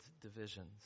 divisions